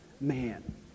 man